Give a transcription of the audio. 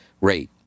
rate